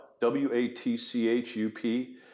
W-A-T-C-H-U-P